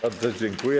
Bardzo dziękuję.